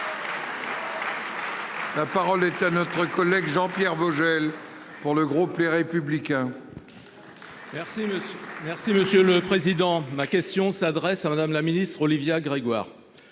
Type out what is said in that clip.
La parole est à notre collègue Jean-Pierre Vogel. Pour le gros plairait public hein. Merci. Merci. Si monsieur le président, ma question s'adresse à Madame, la ministre Olivia Grégoire.